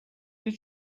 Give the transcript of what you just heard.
did